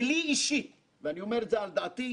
ולי אישית אני אומר את זה על דעתי,